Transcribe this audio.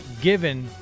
given